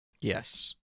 Yes